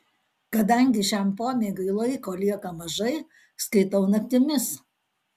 kadangi šiam pomėgiui laiko lieka mažai skaitau naktimis